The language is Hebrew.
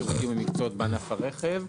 שירותים ומקצועות בענף הרכב,